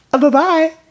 Bye-bye